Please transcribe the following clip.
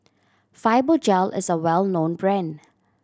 Fibogel is a well known brand